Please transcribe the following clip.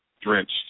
drenched